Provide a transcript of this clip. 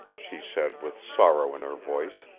she said with sorrow in her voice.